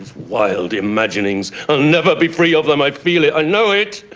wild imaginings. i'll never be free of them. i feel it. i know it!